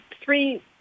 three